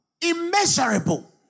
Immeasurable